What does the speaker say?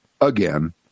again